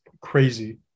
crazy